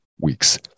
week's